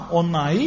onai